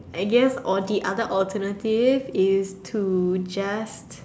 I guess or the other alternative is to just